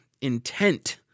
intent